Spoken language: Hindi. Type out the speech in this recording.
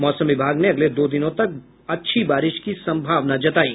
मौसम विभाग ने अगले दो दिनों तक अच्छी बारिश की सम्भावना जतायी